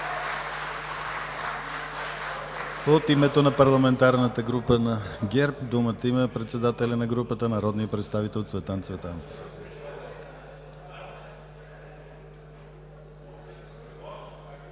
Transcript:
От името на парламентарната група на ГЕРБ думата има председателят на групата народният представител Цветан Цветанов.